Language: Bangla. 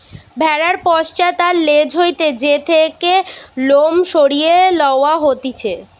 ভেড়ার পশ্চাৎ আর ল্যাজ হইতে যে থেকে লোম সরিয়ে লওয়া হতিছে